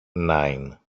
nine